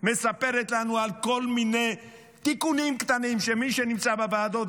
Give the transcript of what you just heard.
ומספרת לנו על כל מיני תיקונים קטנים של מי שנמצא בוועדות,